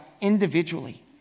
individually